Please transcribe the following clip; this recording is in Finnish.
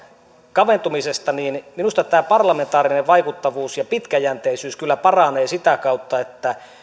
kaventumisesta niin minusta tämä parlamentaarinen vaikuttavuus ja pitkäjänteisyys kyllä paranee sitä kautta että